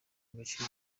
agaciro